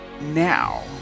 Now